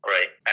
Right